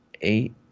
eight